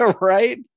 Right